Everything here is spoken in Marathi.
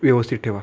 व्यवस्थित ठेवा